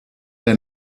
der